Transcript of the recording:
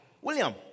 William